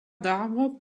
d’arbres